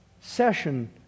session